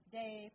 day